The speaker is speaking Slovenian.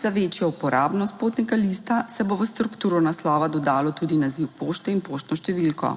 Za večjo uporabnost potnega lista se bo v strukturo naslova dodalo tudi naziv pošte in poštno številko.